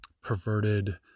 perverted